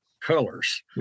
colors